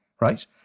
right